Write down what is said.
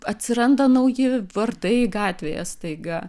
atsiranda nauji vardai gatvėje staiga